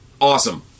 awesome